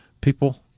people